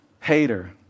hater